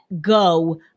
go